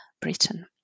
Britain